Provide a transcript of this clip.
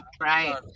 right